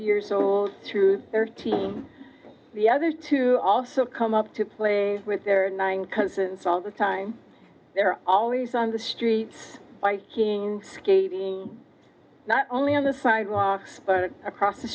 years old through thirteen the other two also come up to play with their nine cousins all the time they're always on the street biking skating not only on the sidewalk but across the